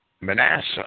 Manasseh